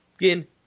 Again